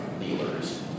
dealers